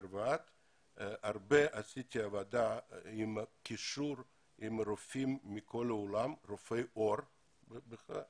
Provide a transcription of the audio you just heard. עשיתי עבודה רבה עם קישור לרופאי עור בכל העולם.